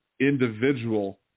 individual